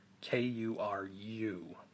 K-U-R-U